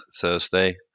Thursday